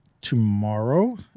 tomorrow